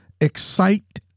excite